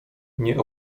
nie